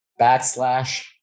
backslash